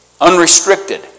Unrestricted